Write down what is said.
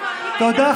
תודה,